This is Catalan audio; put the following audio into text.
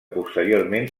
posteriorment